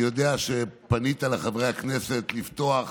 אני יודע שפנית לחברי הכנסת לפתוח,